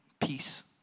peace